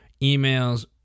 emails